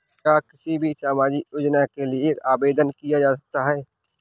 क्या किसी भी सामाजिक योजना के लिए आवेदन किया जा सकता है?